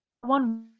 one